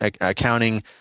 accounting